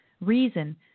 reason